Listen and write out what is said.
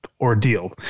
ordeal